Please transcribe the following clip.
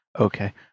Okay